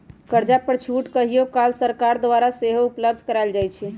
कर्जा पर छूट कहियो काल सरकार द्वारा सेहो उपलब्ध करायल जाइ छइ